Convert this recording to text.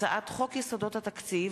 הצעת חוק יסודות התקציב